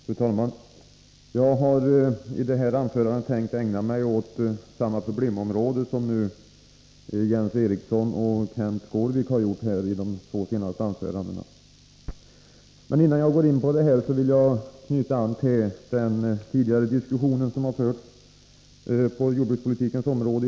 Fru talman! Jag har tänkt att i detta anförande ägna mig åt samma problemområde som Jens Eriksson och Kenth Skårvik uppehållit sig vid. Men innan jag går in härpå vill jag knyta an till den diskussion som tidigare i dag har förts på jordbrukspolitikens område.